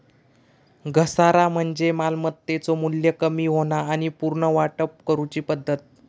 घसारा म्हणजे मालमत्तेचो मू्ल्य कमी होणा आणि पुनर्वाटप करूची पद्धत